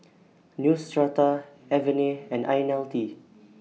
Neostrata Avene and Ionil T